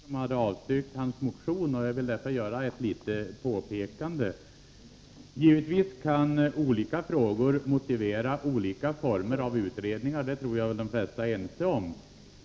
Herr talman! Bertil Fiskesjö talade om att utskottets socialdemokrater och kommunister hade avstyrkt hans motion, och jag vill därför göra ett litet påpekande. Givetvis kan olika frågor motivera olika former av utredningar. Det tror jag de flesta är ense om.